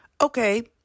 Okay